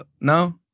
no